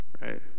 right